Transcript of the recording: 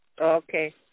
Okay